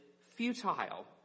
futile